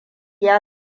ya